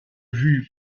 vue